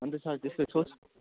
अन्त सर त्यसको